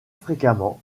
fréquemment